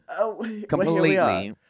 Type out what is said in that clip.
completely